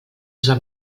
sap